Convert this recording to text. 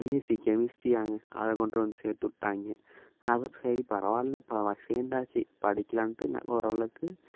BSc கெமிஸ்ட்ரியாங்க அதை கொண்டுட்ரு வந்து சேர்த்துட்டாய்ங்க அதுவும் சரி பரவாயில்ல ப சேர்ந்தாச்சி படிக்கலான்ட்டு நான் ஓரளவுக்கு